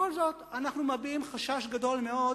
בכל זאת אנחנו מביעים חשש גדול מאוד